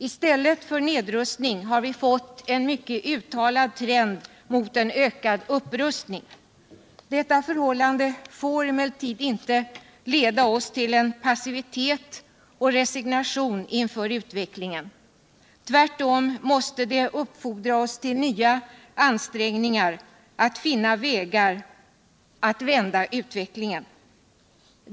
I stället för nedrustning har vi fått en mycket uttalad trend mot en ökad upprustning. Detta förhållande får emellertid inte leda oss till passivitet och resignation inför utvecklingen. Tvärtom måste det upplfordra oss ull nya ansträngningar att finna vägar att vända utvecklingen.